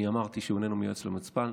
אני אמרתי שהוא איננו מייעץ למפכ"ל.